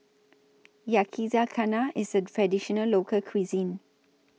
Yakizakana IS A Traditional Local Cuisine